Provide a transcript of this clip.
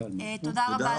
תודה רבה לך.